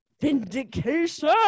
Vindication